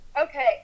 Okay